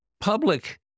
public